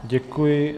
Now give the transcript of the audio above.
Děkuji.